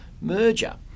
merger